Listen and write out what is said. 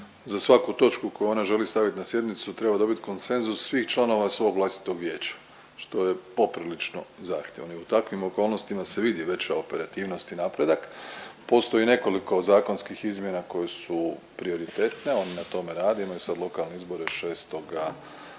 za svaku točku koju ona želi staviti na sjednicu treba dobiti konsenzus svih članova svog vlastitog vijeća što je poprilično zahtjevno i u takvim okolnostima se vidi veća operativnost i napredak. Postoji nekoliko zakonskih izmjena koje su prioritetne, oni na tome rade imaju sad lokalne izbore 6.